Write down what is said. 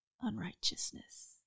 unrighteousness